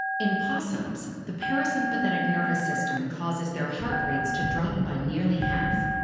in possums, the parasympathetic nervous system causes their heart rates to drop by nearly half,